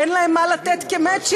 אין להם מה לתת כמצ'ינג,